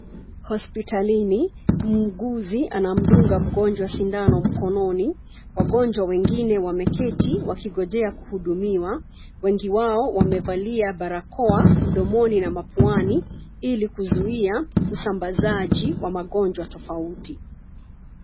Hospitalini, muuguzi anamdunga mgonjwa sindano mkononi. Wagonjwa wengine wameketi wakingojea kuhudumiwa. Wengi wao wamevalia barakoa mdomoni na mapuani ili kuzuia usambazaji wa magonjwa tofauti.